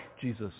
Jesus